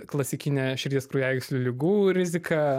klasikine širdies kraujagyslių ligų rizika